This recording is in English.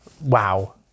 Wow